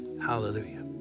Hallelujah